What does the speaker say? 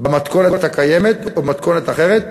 במתכונת הקיימת או במתכונת אחרת,